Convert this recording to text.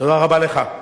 תודה רבה לך.